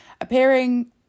appearing